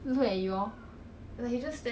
freaking 怪胎 sia